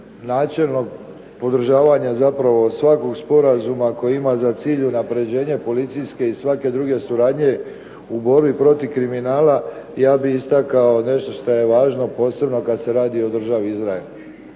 načelnog podržavanja zapravo svakog sporazuma koji ima za cilj unapređenje policijske i svake druge suradnje u borbi protiv kriminala ja bih istakao nešto šta je važno, a posebno kad se radi o državi Izrael.